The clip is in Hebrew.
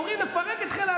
אוהב את המדינה,